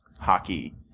hockey